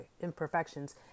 imperfections